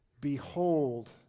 Behold